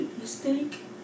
mistake